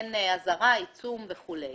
תינתן אזהרה, עיצום וכולי.